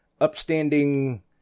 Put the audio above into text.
upstanding